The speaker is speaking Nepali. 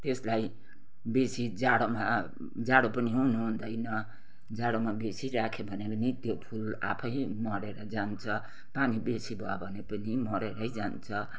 त्यसलाई बेसी जाडोमा जाडो पनि हुनुहुँदैन जाडोमा बेसी राख्यो भने पनि त्यो फुल आफै मरेर जान्छ पानी बेसी भयो भने पनि मरेरै जान्छ